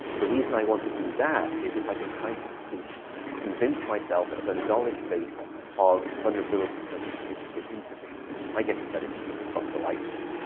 the reason i want to do that is, if i can scientifically convince myself of a knowledge base of vulnerability sensitivity to insufficient sleep, my guess is that it's just across the lifespan,